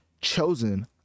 chosen